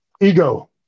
Ego